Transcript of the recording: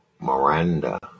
Miranda